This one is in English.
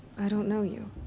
i don't know you.